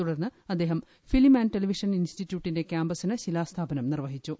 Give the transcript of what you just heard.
തുടർന്ന് അദ്ദേഹം film television ഇൻസ്റ്റിറ്റ്യൂട്ടിന്റെ ക്യാമ്പസിന് ശിലാസ്ഥാപനം നിർവ്വഹിച്ചു